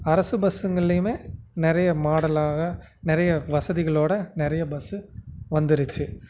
அரசு பஸ்ஸுங்கள்லியுமே நெறைய மாடலாக நெறைய வசதிகளோடு நெறைய பஸ்ஸு வந்துருச்சு